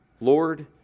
Lord